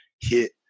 hit